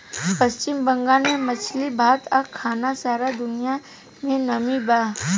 पश्चिम बंगाल के मछली भात आ खाना सारा दुनिया में नामी बा